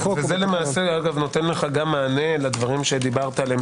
זה נותן לך גם מענה לדברים שדיברת עליהם